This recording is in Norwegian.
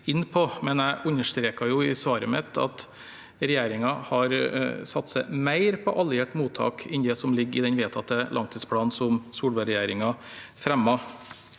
jeg understreket i svaret mitt at regjeringen satser mer på alliert mottak enn det som ligger i den vedtatte langtidsplanen som Solberg-regjeringen fremmet.